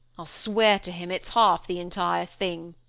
i'll swear to him it's half the entire thing.